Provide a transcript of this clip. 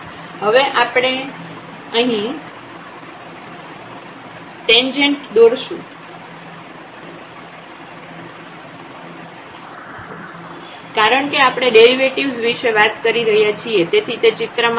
હવે આપણે અહીં ટેંજેન્ટ દોરશું કારણકે આપણે ડેરિવેટિવ્ઝ વિશે વાત કરી રહ્યા છીએ તેથી તે ચિત્ર માં આવશે